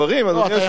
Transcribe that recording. אדוני היושב-ראש,